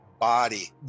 body